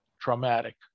traumatic